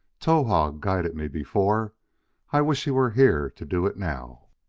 towahg guided me before i wish he were here to do it now.